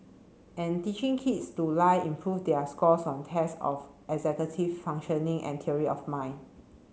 and teaching kids to lie improve their scores on tests of executive functioning and theory of mind